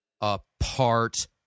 apart